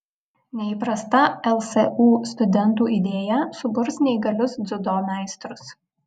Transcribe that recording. neįprasta lsu studentų idėja suburs neįgalius dziudo meistrus